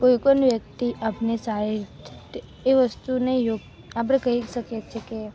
કોઈપણ વ્યક્તિ આપણને સારી એ વસ્તુને આપણે કહી શકીએ છે કે